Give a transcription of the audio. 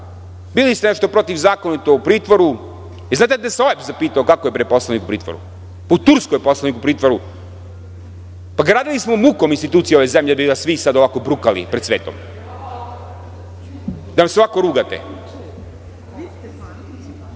bili ste nešto protivzakonito u pritvoru, a znate i da se OEBS zapitao kako je poslanik u pritvoru? U Turskoj poslanik u pritvoru. Gradili smo mukom institucije ove zemlje da biste nas vi sada ovako brukali pred svetom i da nam se ovako rugate. Vi